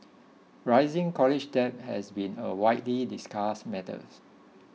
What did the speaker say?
rising college debt has been a widely discussed matters